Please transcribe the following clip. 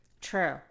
True